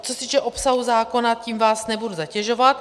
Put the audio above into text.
Co se týče obsahu zákona, tím vás nebudu zatěžovat.